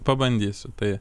pabandysiu tai